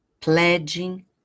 pledging